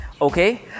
Okay